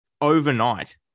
overnight